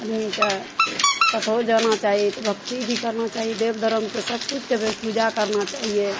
आदमीके कतहु जेबाक चाही तऽ भक्ति भी करबाक चाही देब धर्म शके सबकिछुके भाइ पूजा करबा चाहिए